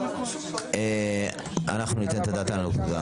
טוב, אנחנו ניתן את הדעת על הנקודה.